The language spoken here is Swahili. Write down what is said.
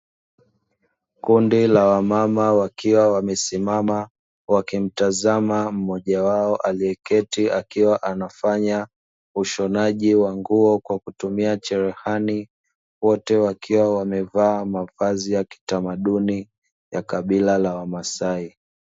Kundi la wamama wakiwa wamesimama wakimtazama mmoja wao aliyeketi akiwa anafanya ushonaji wa nguo kwa kutumia cherehani, wote wakiwa wamevaa mavazi ya kitamaduni, ya kabila la kimasai.